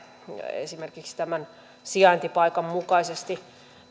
esimerkiksi tämän sijaintipaikan mukaisesti